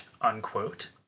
unquote